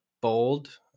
bold